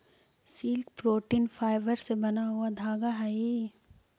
silk protein fibre से बना हुआ धागा हई